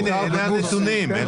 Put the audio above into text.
הנה הנתונים.